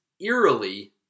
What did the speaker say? eerily